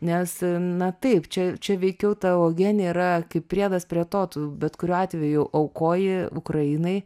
nes na taip čia čia veikiau ta uogienė yra kaip priedas prie to tu bet kuriuo atveju aukoji ukrainai